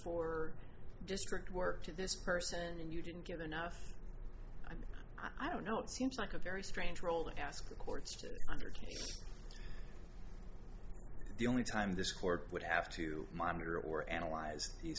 for district work to this person and you didn't get enough i don't know it seems like a very strange role to ask the courts to undergo the only time this court would have to monitor or analyze the